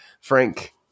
Frank